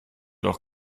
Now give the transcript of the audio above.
doch